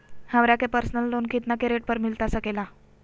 हमरा के personal loan कितना के रेट पर मिलता सके ला?